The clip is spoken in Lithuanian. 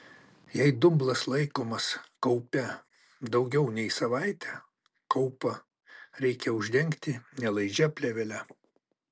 jei dumblas laikomas kaupe daugiau nei savaitę kaupą reikia uždengti nelaidžia plėvele